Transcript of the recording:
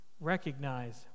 recognize